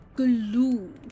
glue